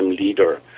leader